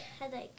headache